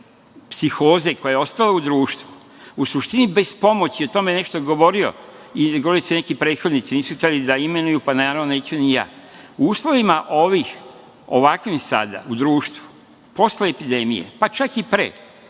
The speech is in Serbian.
psihoze koja je ostala u društvu, u suštini bez pomoći… O tome je nešto govorio i govorili su neki prethodnici, nisu hteli da imenuju, pa, naravno, neću ni ja. U uslovima ovim, ovakvim sada u društvu, posle epidemije, pa čak i pre,